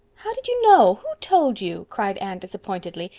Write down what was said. how did you know? who told you? cried anne disappointedly,